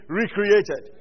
recreated